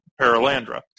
Paralandra